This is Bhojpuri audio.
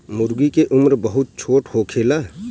मूर्गी के उम्र बहुत छोट होखेला